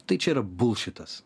tai čia ir bulšitas